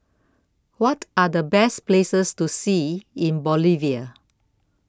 What Are The Best Places to See in Bolivia